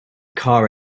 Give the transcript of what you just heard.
car